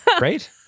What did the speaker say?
Right